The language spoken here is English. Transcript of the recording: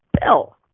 Bill